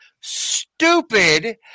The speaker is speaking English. stupid